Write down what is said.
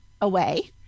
away